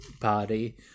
party